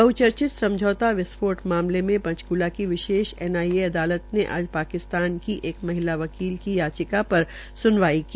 बहचर्चित समझौता विस्फोट मामले में पंचकूला की विशेष एनआईए अदालत ने आज पाकिस्तान की एक महिला वकील की याचिका पर सुनवाई की